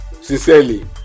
sincerely